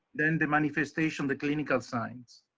then the manifestation, the clinical signs.